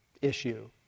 issue